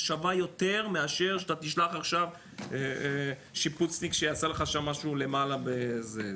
שווה יותר מאשר שאתה תשלח עכשיו שיפוצניק שיעשה לך שם משהו למעלה בזה,